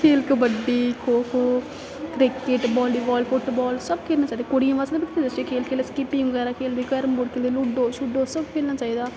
खेल kabaddi kho kho cricket volleyball football सब खेलना चाहिदा कुड़ियां बास्तै ना बत्थेरी चीजां खेल स्किपिंग बगैरा खेलदे कैरम बोर्ड खेलदे लूडो शूडो सब खेलना चाहिदा